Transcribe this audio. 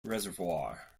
reservoir